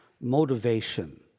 Motivation